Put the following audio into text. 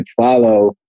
follow